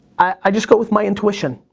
i just go with my intuition.